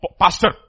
pastor